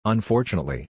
Unfortunately